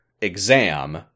exam